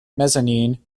mezzanine